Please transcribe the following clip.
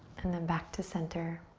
and then back to center.